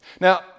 Now